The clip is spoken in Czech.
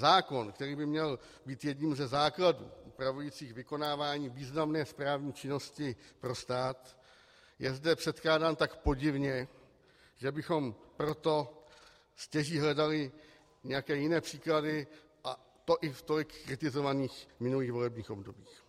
Zákon, který by měl být jedním ze základů upravujících vykonávání významné správní činnosti pro stát, je zde předkládán tak podivně, že bychom pro to stěží hledali nějaké jiné příklady, a to i v tolik kritizovaných volebních obdobích.